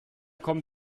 kommen